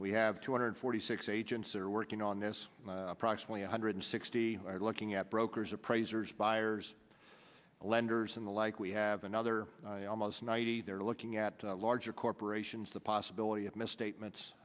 we have two hundred forty six agents that are working on this approximately one hundred sixty looking at brokers appraisers buyers lenders and the like we have another almost ninety they're looking at larger corporations the possibility of misstatements